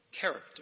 character